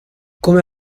come